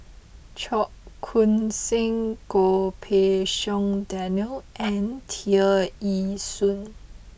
Cheong Koon Seng Goh Pei Siong Daniel and Tear Ee Soon